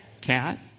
Cat